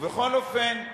ובכל אופן,